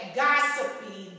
gossipy